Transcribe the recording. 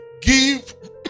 give